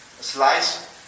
slice